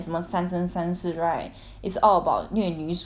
it's all about 虐女主 mah like 很多